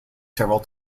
several